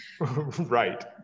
Right